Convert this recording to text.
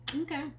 okay